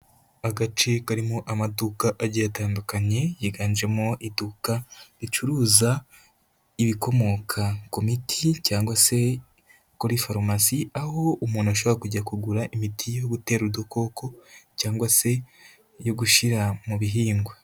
Agace karimo amaduka agiye atandukanye yiganjemo iduka ricuruza ibikomoka ku miti cyangwa se kuri farumasi, aho umuntu ashobora kujya kugura imiti yo gutera udukoko cyangwa se iyo gushyira mu bihingwa.